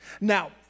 Now